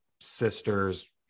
sister's